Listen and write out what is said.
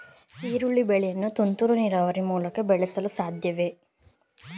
ಈರುಳ್ಳಿ ಬೆಳೆಯನ್ನು ತುಂತುರು ನೀರಾವರಿ ಮೂಲಕ ಬೆಳೆಸಲು ಸಾಧ್ಯವೇ?